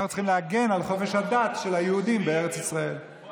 אנחנו צריכים להגן על חופש הדת של היהודים בארץ ישראל על